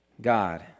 God